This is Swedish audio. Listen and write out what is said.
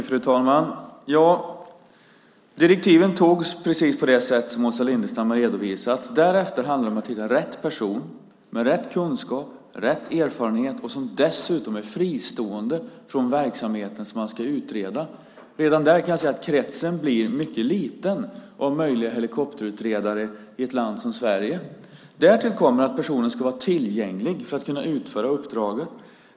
Fru talman! Direktiven antogs precis på det sätt som Åsa Lindestam har redovisat. Därefter handlade det om att hitta rätt person med rätt kunskap och rätt erfarenhet och som dessutom är fristående från den verksamhet som ska utredas. Redan där blir kretsen av möjliga helikopterutredare mycket liten i ett land som Sverige. Därtill kommer att personen ska vara tillgänglig för att kunna utföra uppdraget.